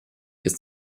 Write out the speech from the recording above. ist